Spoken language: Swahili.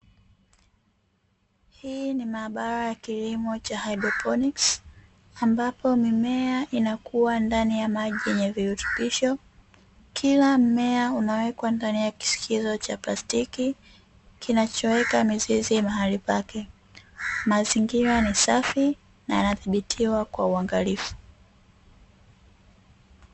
Hii ni maabara ya kilimo cha 'HYDROPONICS' ambapo mimea inakuwa ndani ya maji yenye virutubisho kila mmea unawekwa ndani ya kishikizo cha plastiki kinachoweka mizizi mahali pake, mazingira ni safi na yanadhibitiwa kwa uangalifu.